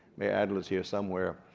mayor adler's here somewhere.